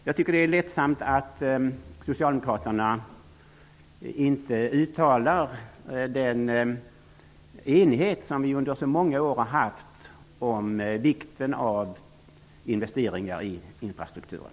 Jag tycker att det är ledsamt att Socialdemokraterna inte uttalar den enighet som ni under så många år har haft om vikten av investeringar i infrastrukturen.